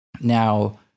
Now